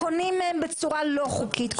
קונים מהם בצורה לא חוקית.